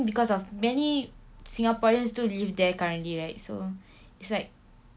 because of many singaporeans too live there currently right so it's like